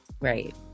right